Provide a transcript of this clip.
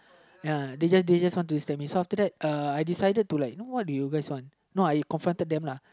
ya they just they just want to slap me so after that uh I decided to like know what do you guys want no I confronted them lah